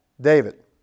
David